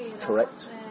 correct